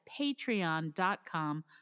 patreon.com